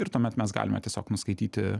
ir tuomet mes galime tiesiog nuskaityti